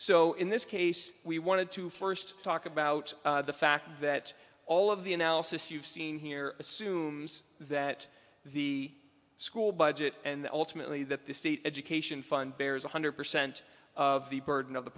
so in this case we wanted to first talk about the fact that all of the analysis you've seen here assumes that the school budget and ultimately that the state education fund bears one hundred percent of the burden of the